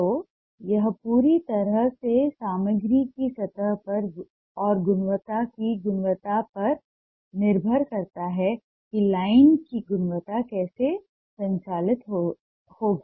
तो यह पूरी तरह से सामग्री की सतह और गुणवत्ता की गुणवत्ता पर निर्भर करता है कि लाइन की गुणवत्ता कैसे संचालित होगी